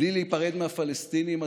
בלי להיפרד מהפלסטינים,